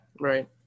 right